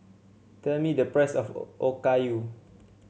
tell me the price of Okayu